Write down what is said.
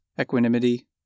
equanimity